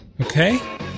Okay